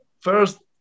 first